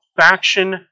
faction